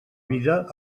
vida